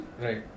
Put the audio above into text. Right